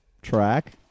Track